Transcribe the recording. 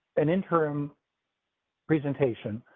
an interim presentation,